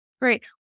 Great